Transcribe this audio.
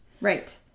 Right